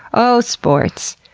oh sports.